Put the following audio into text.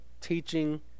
teaching